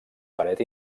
paret